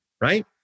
right